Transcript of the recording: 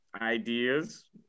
ideas